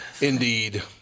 Indeed